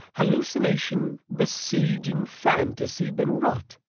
hallucination, besieging fantasy, been wrought?